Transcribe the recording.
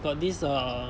got this err